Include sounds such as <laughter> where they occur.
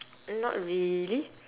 <noise> not really